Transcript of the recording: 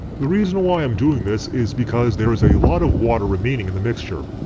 the reason why i'm doing this is because there is a lot of water remaining in the mixture.